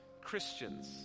Christians